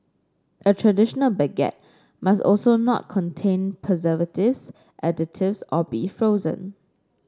a traditional baguette must also not contain preservatives additives or be frozen